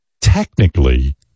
technically